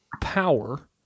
power